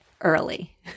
early